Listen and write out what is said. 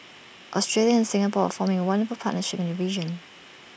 Australia and Singapore forming A wonderful partnership in the region